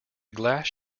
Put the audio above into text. glass